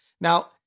Now